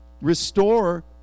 restore